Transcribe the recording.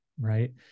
right